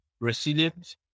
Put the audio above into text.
Resilient